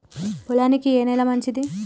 పొలానికి ఏ నేల మంచిది?